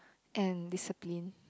and discipline